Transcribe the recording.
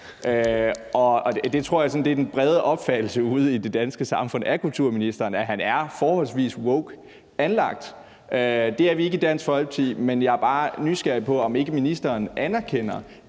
af kulturministeren ude i det danske samfund er, at han er forholdsvis woke anlagt. Det er vi ikke i Dansk Folkeparti, men jeg er bare nysgerrig på, om ikke ministeren anerkender,